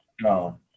No